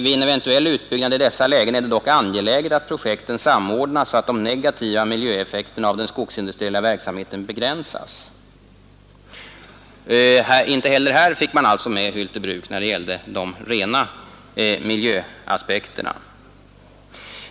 Vid en eventuell utbyggnad i dessa lägen är det dock angeläget att projekten samordnas så att de negativa miljöeffekterna av den skogsindustriella verksamheten begränsas.” Inte heller här fick man alltså med Hyltebruk när det gällde de rena miljöaspekterna.